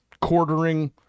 quartering